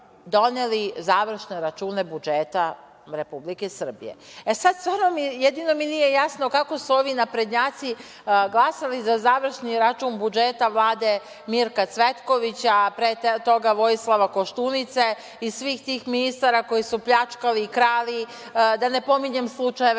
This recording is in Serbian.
završne račune budžeta Republike Srbije.E, sad, stvarno, jedino mi nije jasno kako su ovi naprednjaci glasali za završni račun budžeta Vlade Mirka Cvetkovića, a pre toga Vojislava Koštunice i svih tih ministara koji su pljačkali i krali, da ne pominjem slučajeve